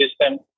system